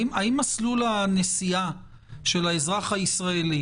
האם מסלול הנסיעה של האזרח הישראלי